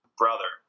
brother